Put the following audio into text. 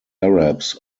arabs